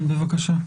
כן, בבקשה.